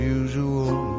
usual